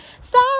Star